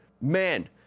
man